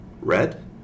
red